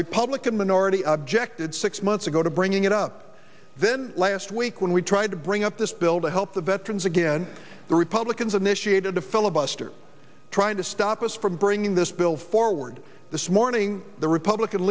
republican minority objected six months ago to bringing it up then last week when we tried to bring up this building help the veterans against the republicans initiated a filibuster trying to stop us from bringing this bill forward this morning the republican